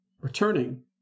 returning